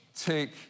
Take